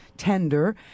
tender